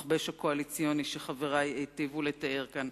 המכבש הקואליציוני שחברי היטיבו לתאר כאן.